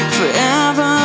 Forever